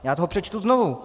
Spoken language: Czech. Já to přečtu znovu.